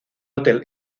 hotel